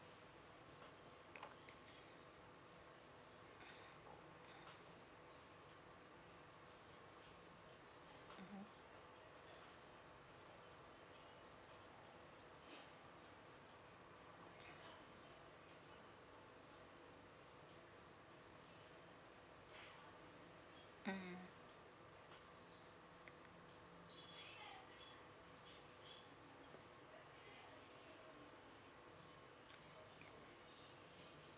uh ya uh oh